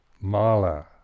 mala